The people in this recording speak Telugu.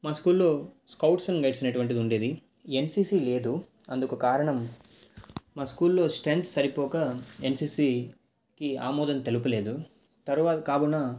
మా స్కూల్లో స్కౌట్స్ అండ్ గైడ్స్ అనేటువంటిది ఉండేది ఎన్సీసి లేదు అందుకు కారణం మా స్కూల్లో స్ట్రెంగ్త్ సరిపోక ఎన్సీసికి ఆమోదం తెలపలేదు తరువాత కావునా